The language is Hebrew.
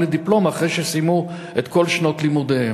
לדיפלומה אחרי שסיימו את כל שנות לימודיהם.